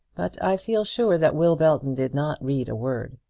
but i feel sure that will belton did not read a word.